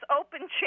open